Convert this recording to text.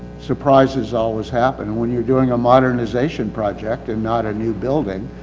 surprises always happen when you're doing a modernization project and not a new building.